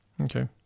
okay